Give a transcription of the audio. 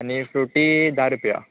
आनी फ्रुटी धा रुपया